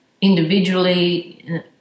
individually